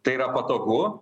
tai yra patogu